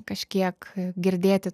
kažkiek girdėti